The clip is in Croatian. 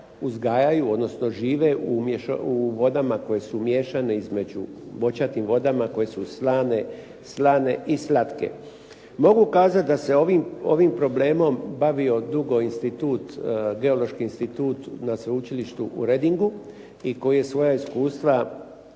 uzgajaju, odnosno žive u vodama koje su miješane između boćatim vodama koje su slane i slatke. Mogu kazati da se ovim problemom bavio dugo Geološki institut na Sveučilištu u Readingu i koji je svoja iskustva